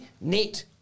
net